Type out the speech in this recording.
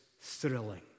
thrilling